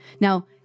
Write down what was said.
Now